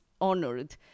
honored